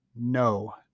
No